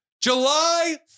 July